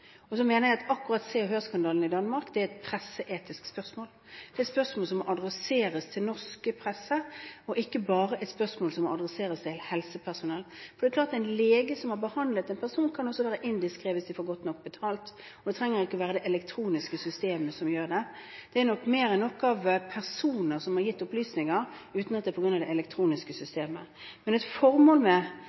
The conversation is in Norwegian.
Så mener jeg at akkurat Se og Hør-skandalen i Danmark er et presseetisk spørsmål, det er et spørsmål som må adresseres til pressen, og ikke bare et spørsmål som må adresseres til helsepersonell. For det er klart at leger som har behandlet en person, også kan være indiskre hvis de får godt nok betalt. Det trenger ikke være det elektroniske systemet, det er mer enn nok personer som har gitt opplysninger, uten at det er på grunn av det elektroniske systemet. Men et formål med